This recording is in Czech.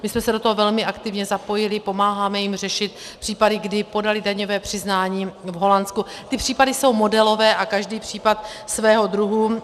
My jsme se do toho velmi aktivně zapojili, pomáháme jim řešit případy, kdy podali daňové přiznání v Holandsku, ty případy jsou modelové a každý případ svého druhu.